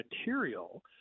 material